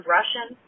Russian